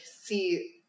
see